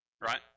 right